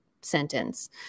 sentence